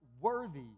worthy